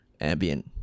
ambient